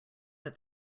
that